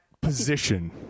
position